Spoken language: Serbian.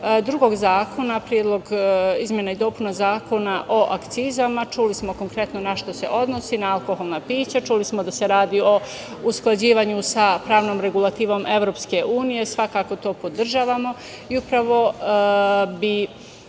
drugog zakona, izmena i dopuna Zakona o akcizama, čuli smo konkretno na šta se odnosi, na alkoholna pića. Čuli smo da se radi o usklađivanju sa pravnom regulativom EU. Svakako to podržavamo i upravo bi